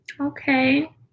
Okay